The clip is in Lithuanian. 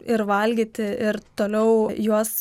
ir valgyti ir toliau juos